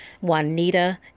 Juanita